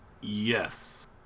Yes